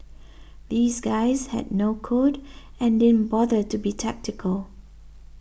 these guys had no code and didn't bother to be tactical